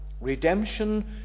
Redemption